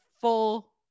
full